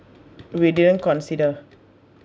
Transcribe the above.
we didn't consider